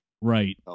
right